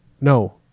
No